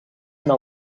una